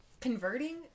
Converting